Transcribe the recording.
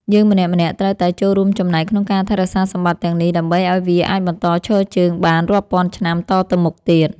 យើងម្នាក់ៗត្រូវតែចូលរួមចំណែកក្នុងការថែរក្សាសម្បត្តិទាំងនេះដើម្បីឱ្យវាអាចបន្តឈរជើងបានរាប់ពាន់ឆ្នាំតទៅមុខទៀត។